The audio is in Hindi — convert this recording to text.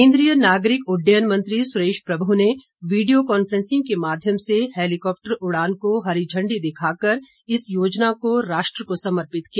केन्द्रीय नागरिक उड़डयन मंत्री सुरेश प्रभू ने वीडियो कांफ्रेंसिंग के माध्यम से हैलीकॉप्टर उड़ान को हरी झण्डी दिखाकर इस योजना को राष्ट्र को समर्पित किया